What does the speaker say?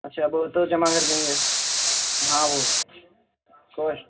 اچھا بولے تو جمع کر دیں گے ہاں وہ کون